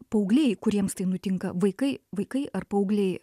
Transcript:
paaugliai kuriems tai nutinka vaikai vaikai ar paaugliai